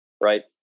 right